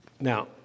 Now